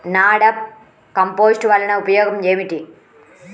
NADEP compost వలన ఉపయోగం ఏమిటి?